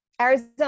Arizona